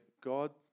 God